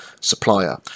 supplier